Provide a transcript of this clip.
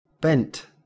bent